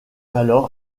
alors